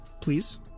please